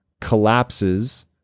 collapses